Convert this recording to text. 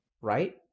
Right